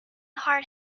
hard